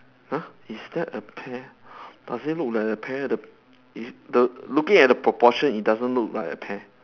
!huh! is there a pear does it look like a pear the is the looking at the proportion it doesn't look like a pear